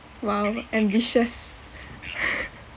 !wow! ambitious